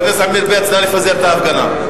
נא לפזר את ההפגנה.